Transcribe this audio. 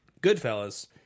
Goodfellas